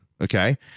Okay